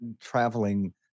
traveling